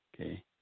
okay